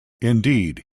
indeed